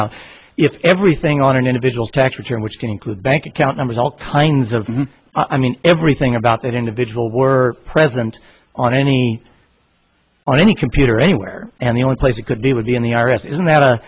out if everything on an individual tax return which can include bank account numbers all kinds of i mean everything about that individual were present on any on any computer anywhere and the only place it could be would be in the i r s isn't that